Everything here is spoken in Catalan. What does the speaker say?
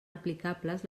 aplicables